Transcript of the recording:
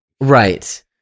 Right